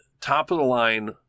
top-of-the-line